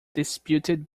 disputed